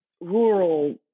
rural